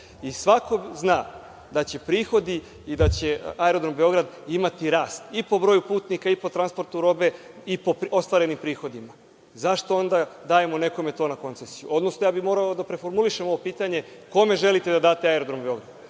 lažemo. Svako zna da će prihodi i da će Aerodrom Beograd imati rast i po broju putnika i po transportu robe i po ostvarenim prihodima. Zašto onda dajemo nekome to na koncesiju? Odnosno, ja bih morao da preformulišem ovo pitanje - kome želite da date Aerodrom Beograd,